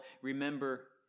remember